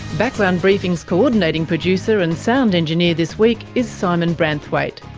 background briefing's coordinating producer and sound engineer this week is simon branthwaite,